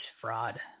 fraud